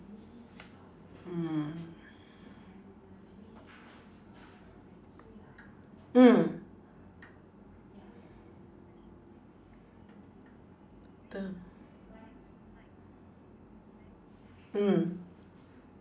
mm mm the mm